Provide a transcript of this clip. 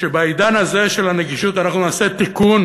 שבעידן הזה של הנגישות אנחנו נעשה תיקון